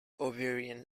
ovarian